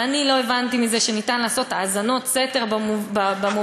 ואני לא הבנתי מזה שניתן לעשות האזנות סתר במובן,